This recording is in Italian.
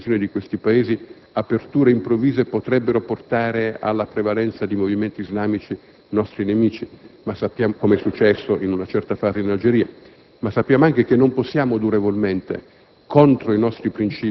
Paesi, per le condizioni in cui si trovano, aperture improvvise potrebbero portare ad una prevalenza di movimenti islamici nostri nemici, come è successo in una certa fase in Algeria, ma sappiamo anche che non possiamo durevolmente,